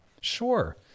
Sure